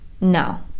no